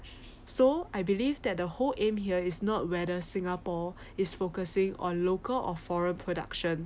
so I believe that the whole aim here is not whether singapore is focusing on local or foreign production